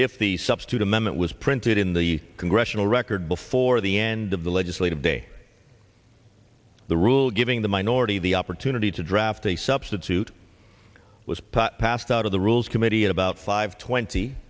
if the substitute amendment was printed in the congressional record before the end of the legislative day the rule giving the minority the opportunity to draft a substitute was put passed out of the rules committee at about five twenty